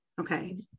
okay